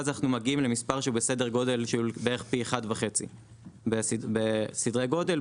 ואז נגיע למספר שהוא בערך פי 1.5 בסדרי גודל.